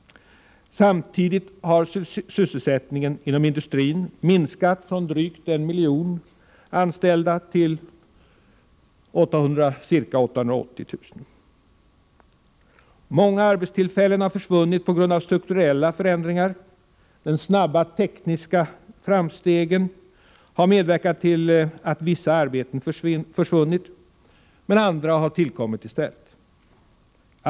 Samtidigt har sysselsättningen inom industrin minskat från drygt 1 miljon anställda till ca 880 000. Många arbetstillfällen har försvunnit på grund av strukturella förändringar. De snabba tekniska framstegen har medverkat till att vissa arbeten försvunnit, medan andra har tillkommit i stället.